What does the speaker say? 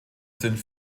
sind